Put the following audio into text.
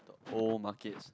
old markets